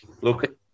Look